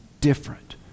different